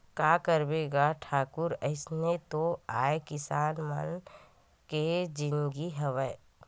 का करबे गा ठाकुर अइसने तो आय किसान मन के जिनगी हवय